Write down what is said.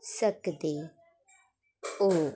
सकदे ओ